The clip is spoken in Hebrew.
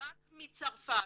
רק מצרפת.